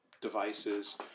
devices